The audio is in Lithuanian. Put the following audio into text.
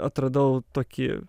atradau tokį